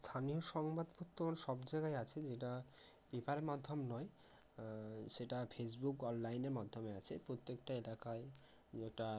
স্থানীয় সংবাদপত্র সব জায়গায় আছে যেটা পেপার মাধ্যম নয় সেটা ফেসবুক অনলাইনের মাধ্যমে আছে প্রত্যেকটা এলাকায় যেটার